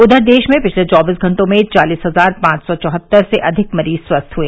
उधर देश में पिछले चौबीस घंटों में चालीस हजार पांच सौ चौहत्तर से अधिक मरीज स्वस्थ हुए